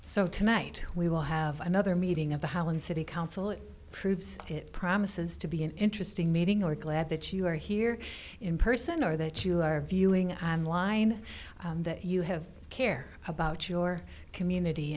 so tonight we will have another meeting of the hauen city council it proves that it promises to be an interesting meeting or glad that you are here in person or that you are viewing on line that you have care about your community